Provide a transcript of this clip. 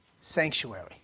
sanctuary